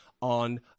on